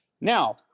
Now